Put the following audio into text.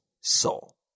soul